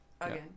again